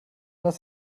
das